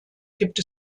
gibt